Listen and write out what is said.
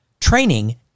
training